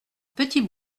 petit